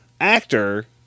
actor